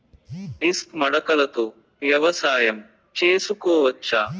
Disc మడకలతో వ్యవసాయం చేసుకోవచ్చా??